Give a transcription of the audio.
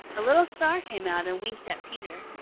a little star came out and winked at peter,